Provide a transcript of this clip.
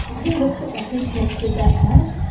who looks at that, who connects with that ad?